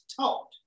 taught